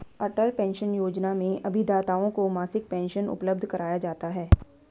अटल pension Yojana में अभिदाताओं को मासिक पेंशन उपलब्ध कराया जाता है